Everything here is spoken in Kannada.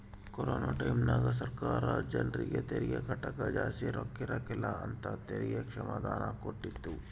ಕೊರೊನ ಟೈಮ್ಯಾಗ ಸರ್ಕಾರ ಜರ್ನಿಗೆ ತೆರಿಗೆ ಕಟ್ಟಕ ಜಾಸ್ತಿ ರೊಕ್ಕಿರಕಿಲ್ಲ ಅಂತ ತೆರಿಗೆ ಕ್ಷಮಾದಾನನ ಕೊಟ್ಟಿತ್ತು